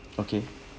okay